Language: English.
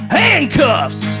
handcuffs